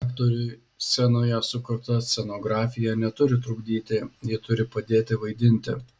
aktoriui scenoje sukurta scenografija neturi trukdyti ji turi padėti vaidinti